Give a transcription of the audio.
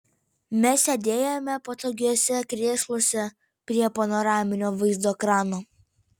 mes sėdėjome patogiuose krėsluose prie panoraminio vaizdo ekrano